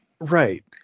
Right